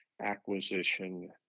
acquisition